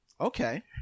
okay